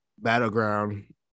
Battleground